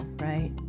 right